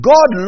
God